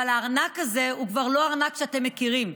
אבל הארנק הזה הוא כבר לא הארנק שאתם מכירים,